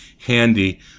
handy